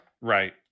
Right